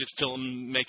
filmmaking